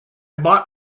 bought